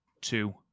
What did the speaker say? two